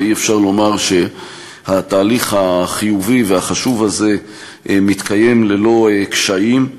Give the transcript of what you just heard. ואי-אפשר לומר שהתהליך החיובי והחשוב הזה מתקיים ללא קשיים.